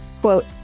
quote